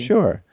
Sure